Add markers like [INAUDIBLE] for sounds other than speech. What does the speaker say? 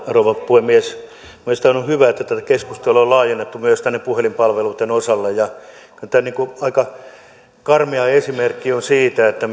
rouva puhemies mielestäni on hyvä että että tätä keskustelua on laajennettu myös puhelinpalveluiden osalle kyllä tämä aika karmea esimerkki on siitä että [UNINTELLIGIBLE]